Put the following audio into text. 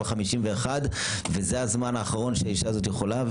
ה-51 וזה הזמן האחרון שהאישה הזאת יכולה לקבל טיפול,